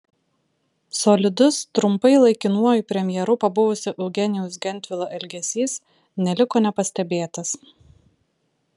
solidus trumpai laikinuoju premjeru pabuvusio eugenijaus gentvilo elgesys neliko nepastebėtas